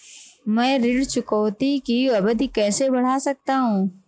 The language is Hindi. मैं ऋण चुकौती की अवधि कैसे बढ़ा सकता हूं?